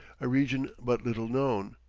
a region but little known,